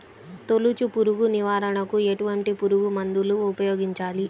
తొలుచు పురుగు నివారణకు ఎటువంటి పురుగుమందులు ఉపయోగించాలి?